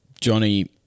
Johnny